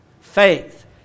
Faith